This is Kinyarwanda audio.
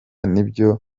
nibyo